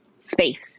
space